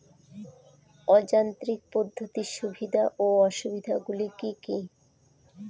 অযান্ত্রিক পদ্ধতির সুবিধা ও অসুবিধা গুলি কি কি?